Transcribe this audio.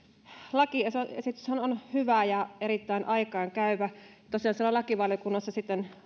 lakiesityshän on hyvä ja erittäin aikaan käyvä tosiaan siellä lakivaliokunnassa sitten